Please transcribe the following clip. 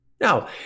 Now